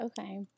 Okay